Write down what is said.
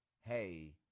hey